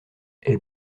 elle